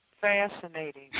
Fascinating